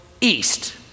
east